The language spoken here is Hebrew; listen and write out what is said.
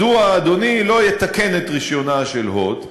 מדוע אדוני לא יתקן את רישיונה של "הוט",